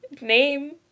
Name